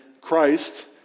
Christ